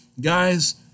Guys